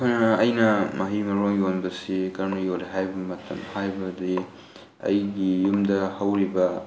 ꯑꯩꯈꯣꯏꯅ ꯑꯩꯅ ꯃꯍꯩ ꯃꯔꯣꯡ ꯌꯣꯟꯕꯁꯤ ꯀꯔꯝꯅ ꯌꯣꯜꯂꯤ ꯍꯥꯏꯕ ꯃꯇꯝ ꯍꯥꯏꯔꯕꯗꯤ ꯑꯩꯒꯤ ꯌꯨꯝꯗ ꯍꯧꯔꯤꯕ